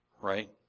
right